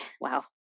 wow